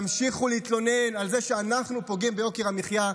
תמשיכו להתלונן על זה שאנחנו פוגעים ביוקר המחיה,